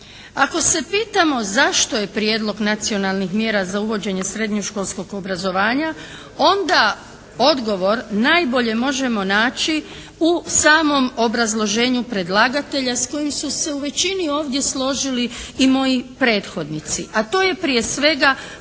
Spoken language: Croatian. Ako se pitamo zašto je Prijedlog nacionalnih mjera za uvođenje srednjoškolskog obrazovanja onda odgovor najbolje može naći u samom obrazloženju predlagatelja s kojim su se u većini ovdje složili i moji prethodnici. A to je prije svega